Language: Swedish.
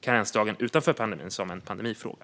karensdagen utanför pandemin som en pandemifråga.